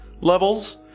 Levels